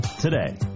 today